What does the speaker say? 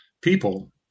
people